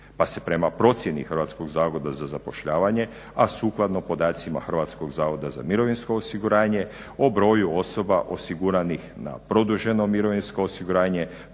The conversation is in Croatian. Pa se prema procjeni Hrvatskog zavoda za zapošljavanje a sukladno podacima Hrvatskog zavoda za mirovinsko osiguranje o broju osoba osiguranih na produženo mirovinsko osiguranje